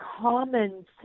common